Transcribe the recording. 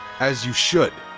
as you should.